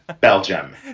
Belgium